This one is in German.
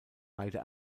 beide